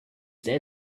there